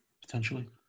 Potentially